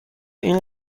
این